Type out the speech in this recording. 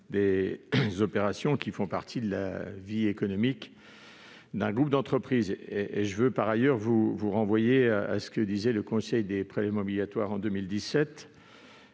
d'opérations qui font partie de la vie économique d'un groupe d'entreprises. Je vous renvoie, mes chers collègues, à ce qu'en disait le Conseil des prélèvements obligatoires en 2017